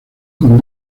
con